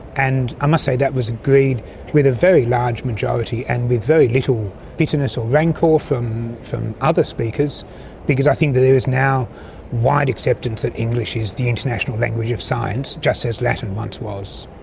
and i must say that was agreed with a very large majority and with very little bitterness or rancour from from other speakers because i think that there is now a wide acceptance that english is the international language of science, just as latin once was.